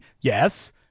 Yes